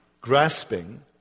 grasping